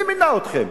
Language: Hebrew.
מי מינה אתכם?